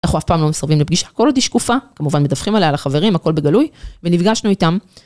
אנחנו אף פעם לא מסרבים לפגישה, הכל עוד היא שקופה, כמובן מדווחים עליה לחברים, הכל בגלוי, ונפגשנו איתם.